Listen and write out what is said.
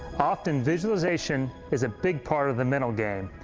often visualization is a big part of the mental game.